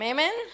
Amen